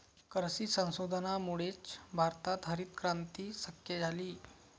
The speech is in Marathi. कृषी संशोधनामुळेच भारतात हरितक्रांती शक्य झाली